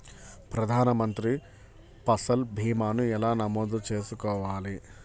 ప్రధాన మంత్రి పసల్ భీమాను ఎలా నమోదు చేసుకోవాలి?